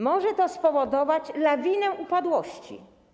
Może to spowodować lawinę upadłości.